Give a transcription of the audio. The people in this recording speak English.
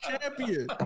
champion